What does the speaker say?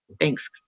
Thanks